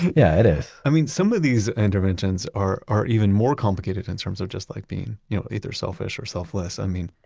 yeah, it is i mean some of these interventions are are even more complicated in terms of just like being you know either selfish or selfless. i mean,